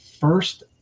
first